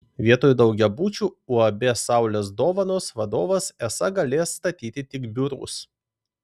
vietoj daugiabučių uab saulės dovanos vadovas esą galės statyti tik biurus